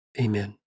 amen